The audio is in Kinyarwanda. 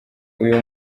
uyu